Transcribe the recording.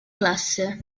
classe